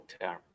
term